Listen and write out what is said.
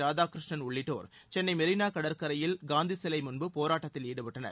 ராதாகிருஷ்ணன் உள்ளிட்டோர் சென்னை மெர்னா கடற்கரையில் காந்தி சிலை முன்பு போராட்டத்தில் ஈடுபட்டனர்